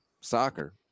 soccer